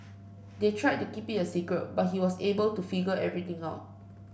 they tried to keep it a secret but he was able to figure everything out